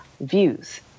views